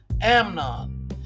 Amnon